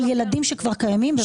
על ילדים שכבר קיימים במסלול אחר.